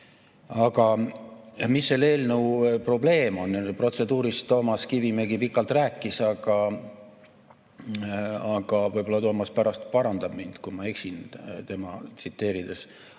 Aga mis selle eelnõu probleem on? Protseduurist Toomas Kivimägi pikalt rääkis. Võib-olla Toomas pärast parandab mind, kui ma eksin tema jutule